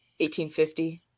1850